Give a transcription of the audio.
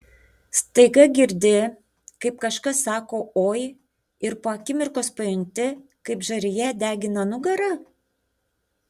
staiga girdi kaip kažkas sako oi ir po akimirkos pajunti kaip žarija degina nugarą